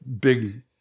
big